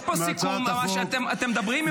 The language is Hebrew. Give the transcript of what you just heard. יש פה סיכום שאתם מדברים עם האופוזיציה.